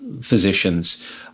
physicians